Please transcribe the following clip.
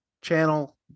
channel